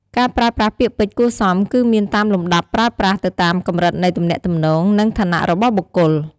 ការប្រើប្រាស់ពាក្យពេចន៍គួរសមគឺមានតាមលំដាប់ប្រើប្រាស់ទៅតាមកម្រិតនៃទំនាក់ទំនង និងឋានៈរបស់បុគ្គល។